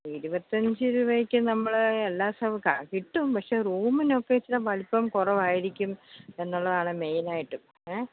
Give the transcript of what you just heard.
ഇരുപത്തഞ്ച് രൂപയ്ക്ക് നമ്മൾ എല്ലാ സൗകര്യം കിട്ടും പക്ഷേ റൂമിനോക്കെ ഇച്ചിരി വലിപ്പം കുറവായിരിക്കും എന്നുള്ളതാണ് മെയ്നായിട്ടും ഏ